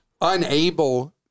unable